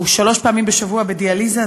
והוא שלוש פעמים בשבוע בדיאליזה.